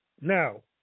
Now